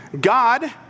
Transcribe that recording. God